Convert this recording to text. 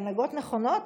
בהנהגות נכונות,